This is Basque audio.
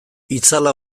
itzala